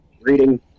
reading